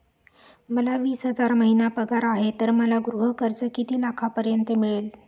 मला वीस हजार महिना पगार आहे तर मला गृह कर्ज किती लाखांपर्यंत मिळेल?